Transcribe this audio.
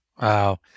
Wow